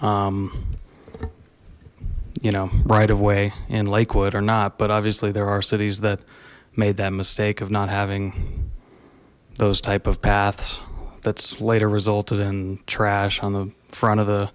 you know right of way in lakewood or not but obviously there are cities that made that mistake of not having those type of paths that's later resulted in trash on the front of the